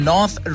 North